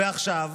ועכשיו,